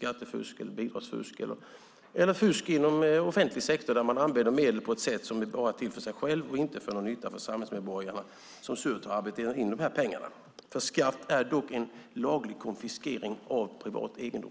Det gäller skattefusk, bidragsfusk eller fusk inom offentlig sektor där man använder medel på ett sätt som bara är till för en själv och inte är till nytta för samhällsmedborgarna som surt har arbetat in pengarna. Skatt är dock en laglig konfiskering av privat egendom.